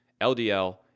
LDL